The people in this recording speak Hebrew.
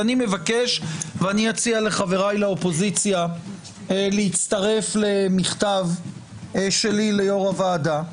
אני אציע לחבריי לאופוזיציה להצטרף למכתב שלי ליושב-ראש הוועדה.